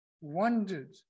wondered